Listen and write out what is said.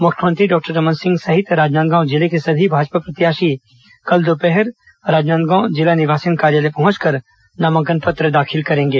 मुख्यमंत्री डॉक्टर रमन सिंह सहित राजनांदगांव जिले के सभी भाजपा प्रत्याशी कल दोपहर राजनांदगांव जिला निर्वाचन कार्यालय पहुंचकर नामांकन पत्र दाखिल करेंगे